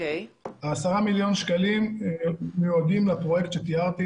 10 מיליון שקלים מיועדים לפרויקט שתיארתי